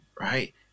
right